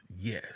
yes